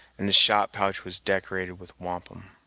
and his shot-pouch was decorated with wampum.